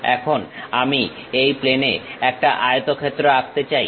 এখন আমি এই প্লেনে একটা আয়তক্ষেত্র আঁকতে চাই